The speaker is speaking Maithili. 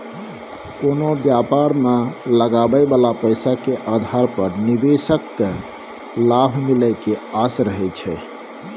कोनो व्यापार मे लगाबइ बला पैसा के आधार पर निवेशक केँ लाभ मिले के आस रहइ छै